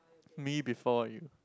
Me-Before-You